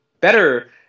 better